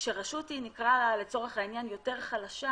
כשנקרא לרשות יותר חלשה,